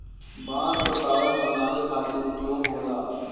बांस कअ कागज बनावे खातिर उपयोग होला